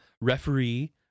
referee